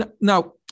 now